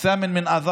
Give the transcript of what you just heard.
דברים בשפה הערבית,